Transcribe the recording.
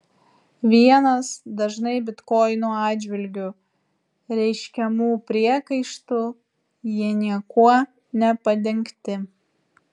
vienas dažnai bitkoinų atžvilgiu reiškiamų priekaištų jie niekuo nepadengti